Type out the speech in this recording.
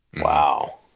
wow